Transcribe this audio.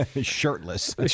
Shirtless